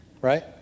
right